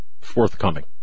forthcoming